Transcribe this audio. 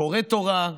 קורא תורה,